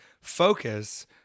focus